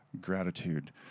gratitude